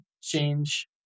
change